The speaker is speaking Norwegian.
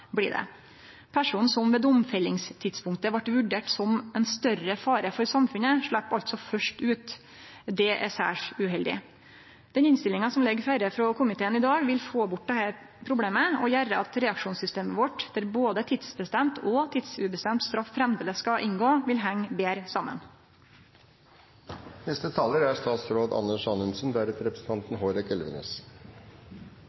blir det. Personen som ved domfellingstidspunktet vart vurdert som ein større fare for samfunnet, slepp altså først ut. Dette er særs uheldig. Den innstillinga som ligg føre frå komiteen i dag, vil få bort dette problemet og gjere at reaksjonssystemet vårt, der både tidsbestemt og tidsubestemt straff framleis skal inngå, vil henge betre saman.